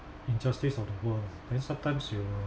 injustice of the world sometimes you